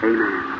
Amen